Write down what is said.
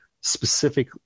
specific